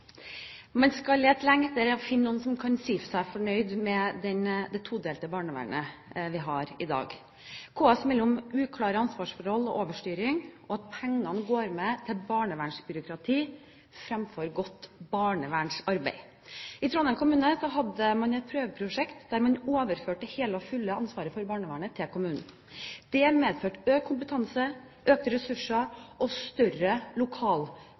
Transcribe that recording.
Man skal lete lenge etter å finne noen som kan si seg fornøyd med det todelte barnevernet vi har i dag. KS melder om uklare ansvarsforhold og overstyring, og at pengene går med til barnevernsbyråkrati fremfor godt barnevernsarbeid. I Trondheim kommune hadde man et prøveprosjekt der man overførte det hele og fulle ansvaret for barnevernet til kommunen. Det medførte økt kompetanse, økte ressurser og større